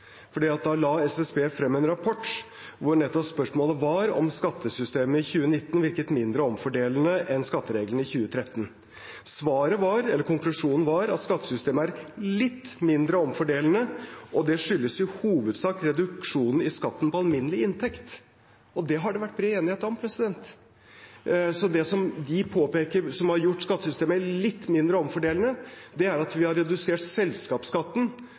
la SSB frem en rapport hvor spørsmålet nettopp var om skattesystemet i 2019 virket mindre omfordelende enn skattereglene i 2013. Konklusjonen var at skattesystemet er litt mindre omfordelende, og det skyldes i hovedsak reduksjon i skatten på alminnelig inntekt. Og det har det vært bred enighet om. Det de påpeker har gjort skattesystemet litt mindre omfordelende, er at vi har redusert selskapsskatten